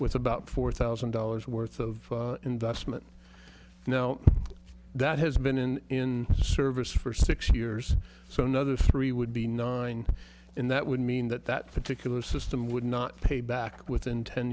with about four thousand dollars worth of investment now that has been in service for six years so another three would be nine and that would mean that that particular system would not pay back within ten